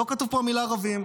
לא כתובה פה המילה ערבים.